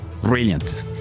Brilliant